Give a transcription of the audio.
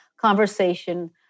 conversation